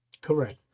Correct